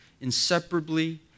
inseparably